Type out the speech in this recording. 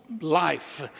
life